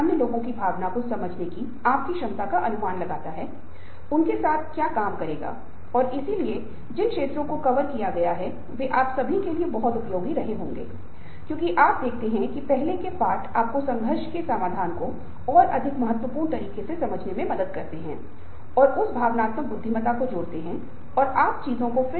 प्रेरणा की विशेषताओं के बारे में कहा की आप आसानी से समझ सकते हैं कि प्रेरित लोग वे हैं जो अपनी सुस्ती को ऊर्जा हैं इच्छा को दृढ़ निश्चय मे आकांक्षा को उपलब्धि मे बादल सकते है और अपने कौशल का गैर उपयोग और रवैये को इसके समान उपयोग मे बादल सकते है और प्रेरित लोग वे जिम्मेदारी लेंगे वे स्वेच्छा से प्रयास करेंगे वे अपनी गुणवत्ता का सबसे अच्छा पालन करेंगे प्रदर्शन करेंगे और संगठन की सेवा के लिए प्रतिबद्ध महसूस करेंगे